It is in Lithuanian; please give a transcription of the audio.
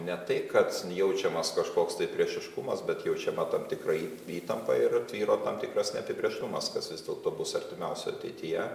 ne tai kad jaučiamas kažkoks priešiškumas bet jaučiama tam tikra įtampa ir tvyro tam tikras neapibrėžtumas kas vis dėlto bus artimiausioje ateityje